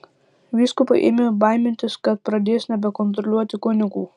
vyskupai ėmė baimintis kad pradės nebekontroliuoti kunigų